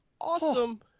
awesome